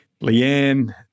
Leanne